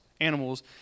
animals